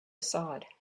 aside